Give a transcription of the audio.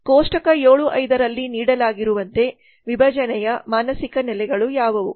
ಕೋಷ್ಟಕ 7 5 ರಲ್ಲಿ ನೀಡಲಾಗಿರುವಂತೆ ವಿಭಜನೆಯ ಮಾನಸಿಕ ನೆಲೆಗಳು ಯಾವುವು